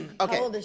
Okay